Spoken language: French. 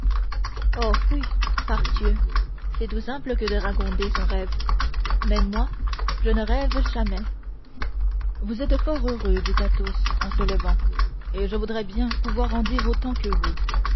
oh foui par tieu c'être tout simple de ragonter son rêfe mais moi je ne rêfe jamais vous êtes fort heureux dit athos en se levant et je voudrais bien pouvoir en dire autant que vous